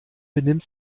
benimmt